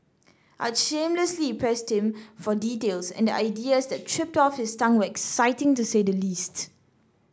I shamelessly pressed him for details and the ideas that tripped off his tongue exciting to say the least